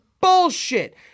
bullshit